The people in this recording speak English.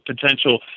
potential